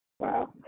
Wow